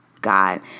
God